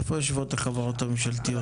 איפה יושבות החברות הממשלתיות?